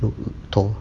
uh thor